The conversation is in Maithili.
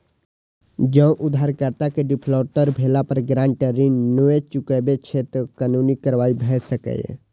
जौं उधारकर्ता के डिफॉल्टर भेला पर गारंटर ऋण नै चुकबै छै, ते कानूनी कार्रवाई भए सकैए